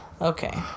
Okay